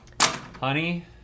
Honey